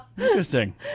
Interesting